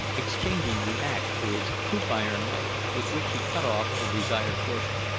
exchanging the axe for his hoop-iron knife, with which he cut off the desired portion.